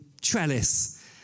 trellis